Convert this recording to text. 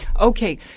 Okay